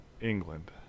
England